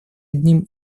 одним